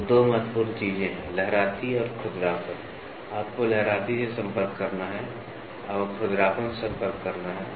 तो दो महत्वपूर्ण चीजें हैं लहराती और खुरदरापन आपको लहराती से संपर्क करना है आपको खुरदरापन से संपर्क करना है